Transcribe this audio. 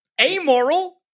amoral